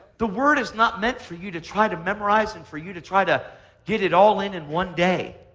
the word is not meant for you to try to memorize and for you to try to get it all in in one day.